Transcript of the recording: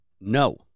No